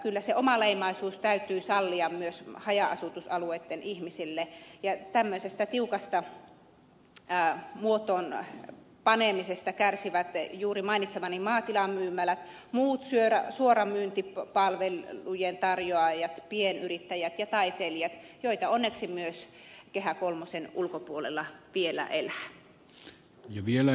kyllä se omaleimaisuus täytyy sallia myös haja asutusalueitten ihmisille ja tämmöisestä tiukasta muotoon panemisesta kärsivät juuri mainitsemani maatilamyymälät muut suoramyyntipalvelujen tarjoajat pienyrittäjät ja taiteilijat joita onneksi myös kehä kolmosen ulkopuolella vielä elää